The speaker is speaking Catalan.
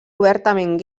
obertament